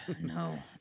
No